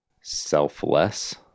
selfless